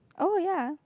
oh ya